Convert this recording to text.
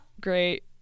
Great